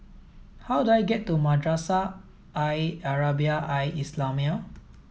how do I get to Madrasah Al Arabiah Al Islamiah